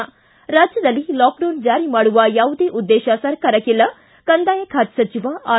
ಿ ರಾಜ್ವದಲ್ಲಿ ಲಾಕ್ಡೌನ್ ಜಾರಿ ಮಾಡುವ ಯಾವುದೇ ಉದ್ದೇಶ ಸರ್ಕಾರಕ್ಕಿಲ್ಲ ಕಂದಾಯ ಖಾತೆ ಸಚಿವ ಆರ್